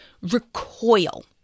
recoil